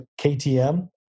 KTM